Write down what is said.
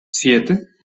siete